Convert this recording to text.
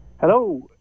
Hello